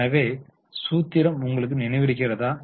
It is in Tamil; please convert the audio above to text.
எனவே சூத்திரம் உங்களுக்கு நினைவிருக்கிறதா